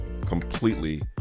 completely